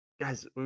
guys